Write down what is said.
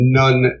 none